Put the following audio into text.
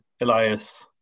Elias